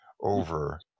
over